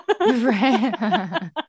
Right